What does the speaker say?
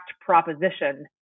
proposition